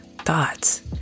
thoughts